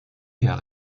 jahre